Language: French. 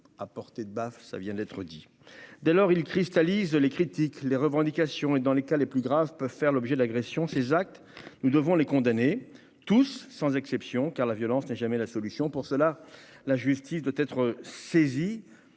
à portée de baffe, ça vient d'être dit, dès lors, il cristallise les critiques, les revendications et dans les cas les plus graves, peuvent faire l'objet d'agressions ces actes, nous devons les condamnés tous sans exception, car la violence n'est jamais la solution pour cela, la justice doit être saisie,